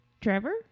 Trevor